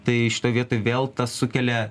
tai šitoj vietoj vėl tas sukelia